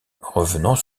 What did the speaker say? revenant